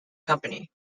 company